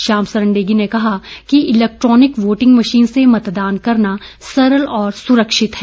श्याम सरन नेगी ने कहा कि इलेक्ट्रॉनिक वोटिंग मशीन से मतदान करना सरल और सुरक्षित है